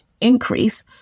increase